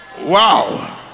Wow